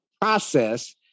Process